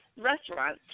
restaurant